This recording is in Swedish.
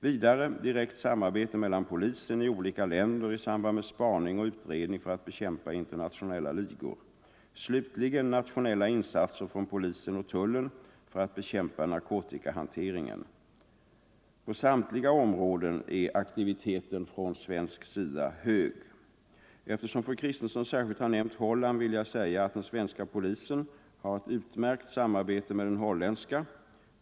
Vidare direkt samarbete mellan polisen i olika länder i samband med spaning och utredning för att bekämpa internationella ligor. Slutligen nationella insatser från polisen och tullen för att bekämpa narkotikahanteringen. På samtliga områden är aktiviteten från svensk sida hög. Eftersom fru Kristensson särskilt har nämnt Holland vill jag säga att den svenska polisen har ett utmärkt samarbete med den holländska.